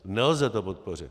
Nelze to podpořit!